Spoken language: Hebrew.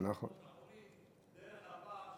של קופות-החולים, דרך הפער של התרופות.